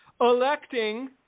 electing